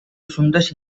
assumptes